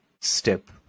step